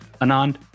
Anand